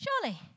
Surely